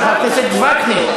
של חבר הכנסת וקנין,